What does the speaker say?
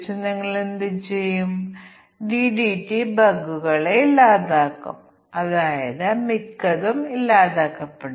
അതിനാൽ ഞങ്ങൾക്ക് ഒരു ജോടി മൂല്യങ്ങൾ ലഭിക്കുകയോ അല്ലെങ്കിൽ സാധ്യമായ എല്ലാ കോമ്പിനേഷനുകളും സൃഷ്ടിക്കുന്നതിന് അധിക വരികൾ ഇവിടെ ചേർക്കാൻ കഴിയും